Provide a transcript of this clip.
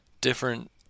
different